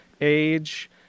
age